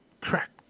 track